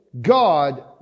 God